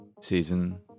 season